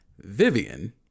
Vivian